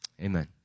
amen